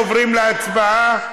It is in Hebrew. עוברים להצבעה.